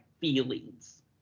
feelings